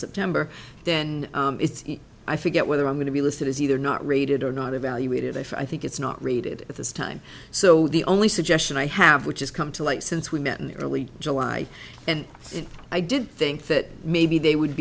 september then i forget whether i'm going to be listed as either not rated or not evaluated if i think it's not rated at this time so the only suggestion i have which is come to light since we met in early july and i did think that maybe they would